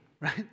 right